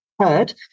heard